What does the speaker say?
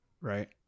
right